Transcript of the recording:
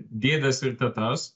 dėdes ir tetas